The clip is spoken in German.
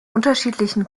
unterschiedlichen